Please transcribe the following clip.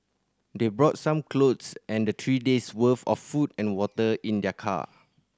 they brought some clothes and three days' worth of food and water in their car